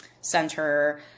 center